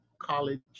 college